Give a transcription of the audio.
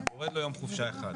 יורד לו יום חופשה אחד.